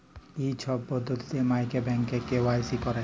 ই ছব পদ্ধতি ম্যাইলে ব্যাংকে কে.ওয়াই.সি ক্যরে